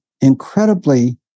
incredibly